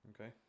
Okay